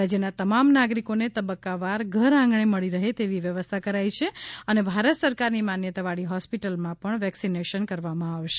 રાજ્યના તમામ નાગરિકોને તબક્કા વાર ઘર આંગણે મળી રહે તેવી વ્યવસ્થા કરાઇ છે અને ભારત સરકારની માન્યતા વાળી હોસ્પિટલમાં પણ વેકસીનેશન કરવામાં આવશે